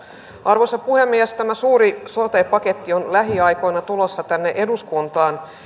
arvoisa puhemies tämä suuri sote paketti on lähiaikoina tulossa tänne eduskuntaan